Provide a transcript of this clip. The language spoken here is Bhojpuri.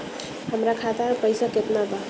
हमरा खाता में पइसा केतना बा?